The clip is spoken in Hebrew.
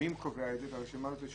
מי קובע את הרשימה הזאת?